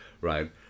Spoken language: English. right